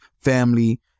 family